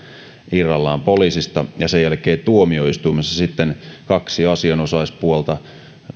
irrallaan poliisista ja sen jälkeen tuomioistuimessa kaksi asianosaispuolta